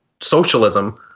socialism